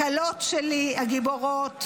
לכלות שלי הגיבורות,